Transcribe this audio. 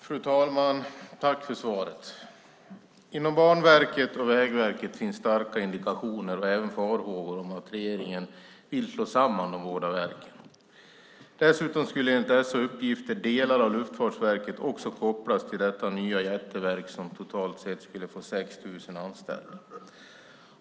Fru talman! Tack för svaret, statsrådet! Inom Banverket och Vägverket finns starka indikationer och även farhågor om att regeringen vill slå samman de båda verken. Dessutom skulle enligt dessa uppgifter delar av Luftfartsverket också kopplas till detta nya jätteverk som totalt sett skulle få 6 000 anställda.